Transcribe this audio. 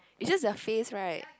it's just their face right